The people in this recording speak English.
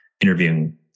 interviewing